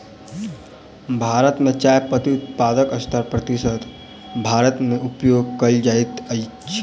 भारत मे चाय पत्ती उत्पादनक सत्तर प्रतिशत भारत मे उपयोग कयल जाइत अछि